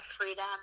freedom